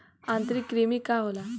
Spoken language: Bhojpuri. आंतरिक कृमि का होला?